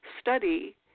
study